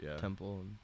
Temple